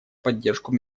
поддержку